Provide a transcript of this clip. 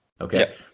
Okay